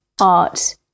art